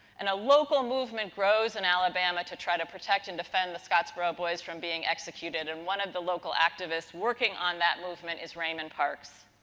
and, a local movement grows in alabama to try to protect and defend the scottsboro boys from being executed. and, one of the local activists working on that movement is raymond parks.